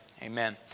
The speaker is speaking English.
Amen